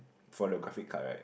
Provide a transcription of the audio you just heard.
for the graphic card right